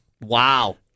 Wow